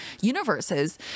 universes